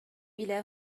إلى